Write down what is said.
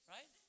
Right